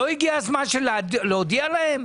לא הגיע המס להודיע להן?